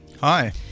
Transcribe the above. Hi